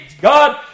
God